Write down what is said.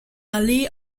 allee